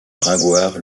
gringoire